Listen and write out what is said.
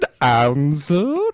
answer